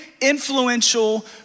influential